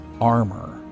armor